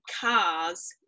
cars